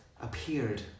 appeared